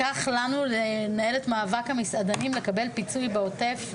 לקח לנו הרבה זמן לנהל את מאבק המסעדנים ולקבל פיצוי בעוטף.